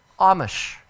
Amish